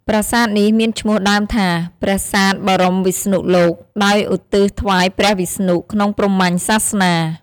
ប្រាសាទនេះមានឈ្មោះដើមថា "ប្រាសាទបរមវិស្ណុលោក" ដោយឧទ្ទិសថ្វាយព្រះវិស្ណុ ក្នុងព្រហ្មញ្ញសាសនា។